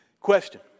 Question